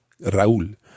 Raúl